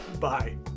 Bye